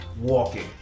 walking